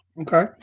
Okay